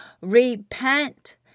Repent